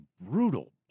brutal